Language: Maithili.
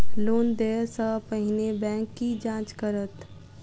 लोन देय सा पहिने बैंक की जाँच करत?